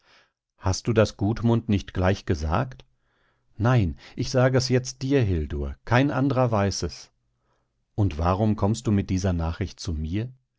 hast du das gudmund nicht gleich gesagt nein ich sage es jetzt dir hildur kein andrer weiß es und warum kommst du mit dieser nachricht zu mir